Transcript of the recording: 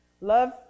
love